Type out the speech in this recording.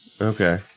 Okay